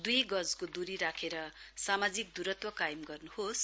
दुई गजको दूरी राखेर सामाजिक दूरत्व कायम गर्नुहोस